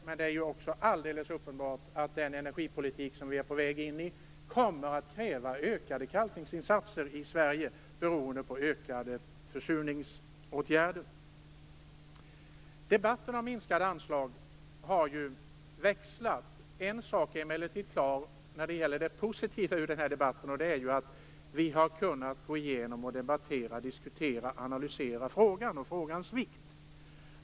Men det är alldeles uppenbart att den energipolitik som vi är på väg in i kommer att kräva ökade kalkningsinsatser i Sverige beroende på ökad försurning. Debatten om minskade anslag har ju växlat. En positiv sak är emellertid klar, och det är att vi har kunnat gå igenom, debattera och analysera frågan.